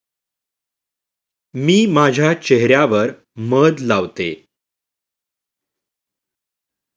मी माझ्या चेह यावर मध लावते